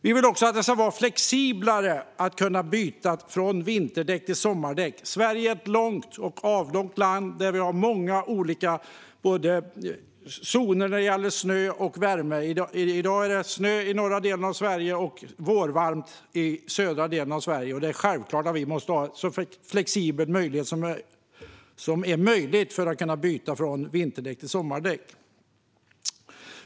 Vi vill att det ska vara flexiblare att byta från vinterdäck till sommardäck. Sverige är ett långt och avlångt land med många olika zoner när det gäller snö och värme. I dag är det snö i norra delen av Sverige och vårvarmt i södra delen av Sverige. Det är självklart att det måste vara så flexibelt som möjligt att byta från vinterdäck till sommardäck.